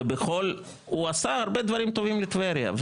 ובכל, הוא עשה הרבה דברים טובים לטבריה.